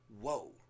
whoa